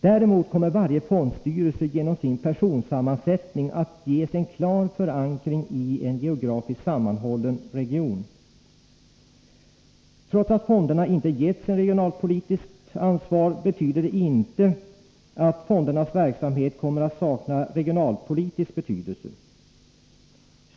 Däremot kommer varje fondstyrelse genom sin personsammansättning att ges en klar förankring i en geografiskt sammanhållen region. Trots att fonderna inte getts ett regionalpolitiskt ansvar betyder det inte att fondernas verksamhet kommer att sakna regionalpolitisk betydelse.